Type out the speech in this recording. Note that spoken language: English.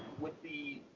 with the,